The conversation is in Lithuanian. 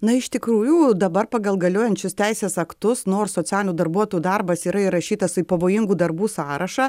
na iš tikrųjų dabar pagal galiojančius teisės aktus nors socialinių darbuotojų darbas įrašytas į pavojingų darbų sąrašą